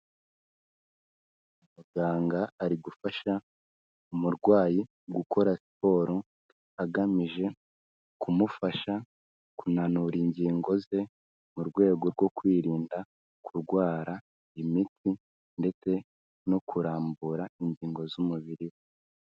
Muganga ari gufasha umurwayi gukora siporo agamije kumufasha kunanura ingingo ze, mu rwego rwo kwirinda kurwara imitsi ndetse no kurambura ingingo z'umubiri we.